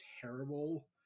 terrible